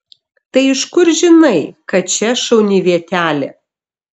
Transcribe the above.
tai iš kur žinai kad čia šauni vietelė